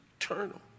eternal